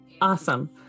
Awesome